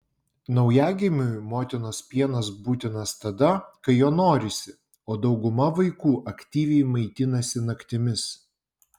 naujagimiui motinos pienas būtinas tada kai jo norisi o dauguma vaikų aktyviai maitinasi naktimis